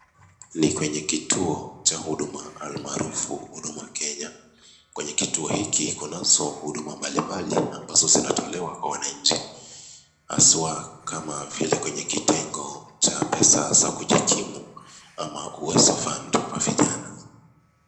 Ni kwenye kituo cha hudumu almaarufu Huduma Kenya. Kwenye kituo hiki kunazo huduma mbalimbali ambazo zinatolewa kwa wananchi haswa kama vile kwenye kitengo cha pesa za kujikimu ama Uwezo Fund kwa vijana.